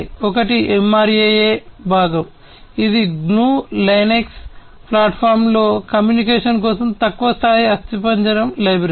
ఒకటి MRAA భాగం library